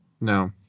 no